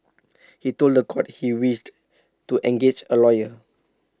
he told The Court he wished to engage A lawyer